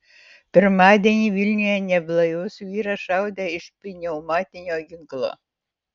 pirmadienį vilniuje neblaivus vyras šaudė iš pneumatinio ginklo